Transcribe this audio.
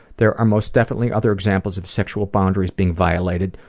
there are most definitely other examples of sexual boundaries being violated,